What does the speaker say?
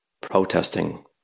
protesting